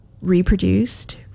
reproduced